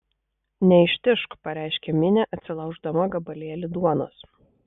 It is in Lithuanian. neištižk pareiškė minė atsilauždama gabalėlį duonos